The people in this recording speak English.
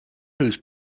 whose